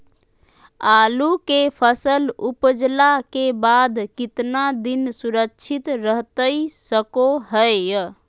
आलू के फसल उपजला के बाद कितना दिन सुरक्षित रहतई सको हय?